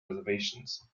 reservations